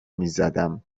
میزدم